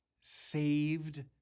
saved